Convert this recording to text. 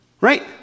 right